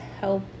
help